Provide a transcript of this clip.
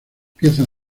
piezas